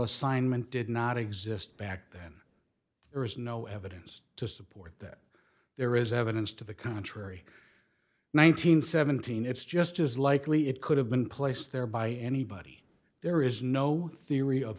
assignment did not exist back then there is no evidence to support that there is evidence to the contrary nine hundred seventeen it's just as likely it could have been placed there by anybody there is no theory of